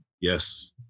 Yes